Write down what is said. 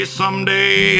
someday